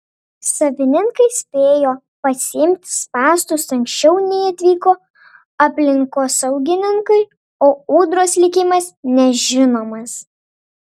savininkai spėjo pasiimti spąstus anksčiau nei atvyko aplinkosaugininkai o ūdros likimas nežinomas